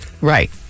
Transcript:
Right